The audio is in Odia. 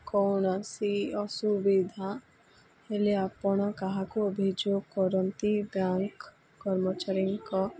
କୌଣସି ଅସୁବିଧା ହେଲେ ଆପଣ କାହାକୁ ଅଭିଯୋଗ କରନ୍ତି ବ୍ୟାଙ୍କ୍ କର୍ମଚାରୀଙ୍କ